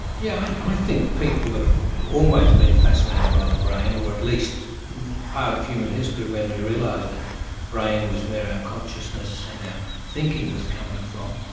yeah i i think people have always been fascinated by the brain, or at least part of human history when we realised that the brain was where our consciousness and our thinking was coming from.